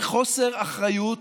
זה חוסר אחריות